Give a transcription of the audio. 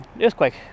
earthquake